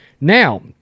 Now